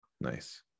Nice